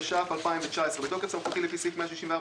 התש״ף - 2019 בתוקף סמכותי לפי סעיף 164